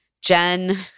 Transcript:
Jen